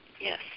yes